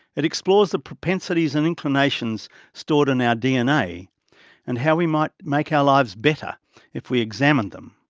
it explores the propensities and inclinations stored in our dna and how we might make our lives better if we examined them.